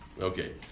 Okay